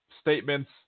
statements